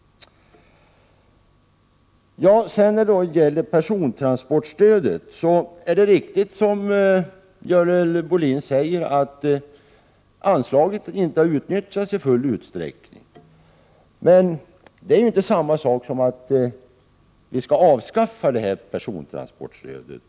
När det gäller persontransportstödet är det riktigt som Görel Bohlin sade att anslaget inte har utnyttjats i full utsträckning. Men det är inte samma sak som att vi skall avskaffa persontransportstödet.